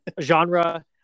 genre